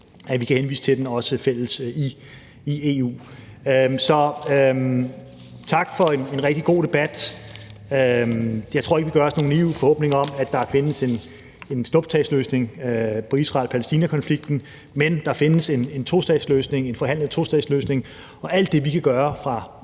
kan henvise til den i EU. Så tak for en rigtig god debat. Jeg tror ikke, vi gør os nogle naive forhåbninger om, at der findes en snuptagsløsning på Israel-Palæstina-konflikten, men der findes en tostatsløsning, en forhandlet tostatsløsning, og alt det, vi kan gøre, fra